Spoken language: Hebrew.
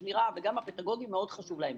השמירה וגם הפדגוגי מאוד חשובים להם.